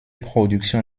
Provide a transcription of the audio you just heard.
production